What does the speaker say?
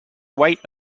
weight